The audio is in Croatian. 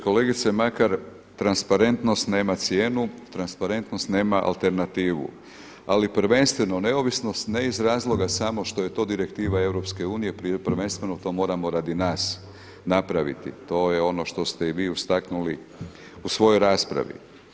Kolegice Makar transparentnost nema cijenu, transparentnost nema alternativu, ali prvenstveno neovisnost ne iz razloga samo što je to direktiva EU, prvenstveno to moramo radi nas napraviti, to je ono što ste i vi istaknuli u svojoj raspravi.